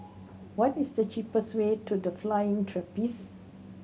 what is the cheapest way to The Flying Trapeze